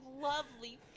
lovely